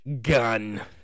gun